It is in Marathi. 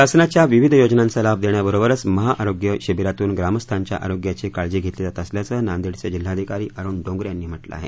शासनाच्या विविध योजनांचा लाभ देण्याबरोबरच महाआरोग्य शिबिरातून ग्रामस्थांच्या आरोग्याची काळजी घेतली जात असल्याचं नांदेडचे जिल्हाधिकारी अरुण डोंगरे यांनी म्हटलं आहे